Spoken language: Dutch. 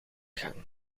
gang